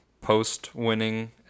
post-winning